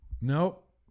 nope